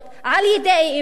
על-ידי אי-אמון,